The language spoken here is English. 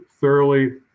thoroughly